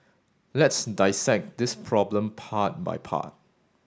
let's dissect this problem part by part